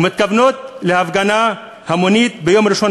ומתכוננות להפגנה המונית ביום ראשון